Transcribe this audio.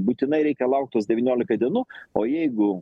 būtinai reikia laukt tas devyniolika dienų o jeigu